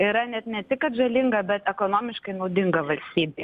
yra net ne tik kad žalinga bet ekonomiškai naudinga valstybei